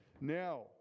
now